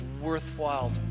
worthwhile